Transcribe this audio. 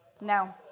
No